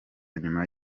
nyuma